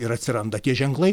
ir atsiranda tie ženklai